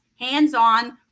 Hands-on